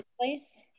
Place